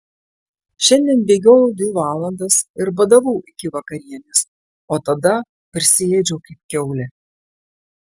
šiandien bėgiojau dvi valandas ir badavau iki vakarienės o tada prisiėdžiau kaip kiaulė